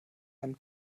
einen